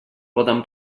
poden